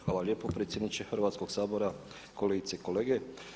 Hvala lijepo predsjedniče Hrvatskog sabora, kolegice i kolege.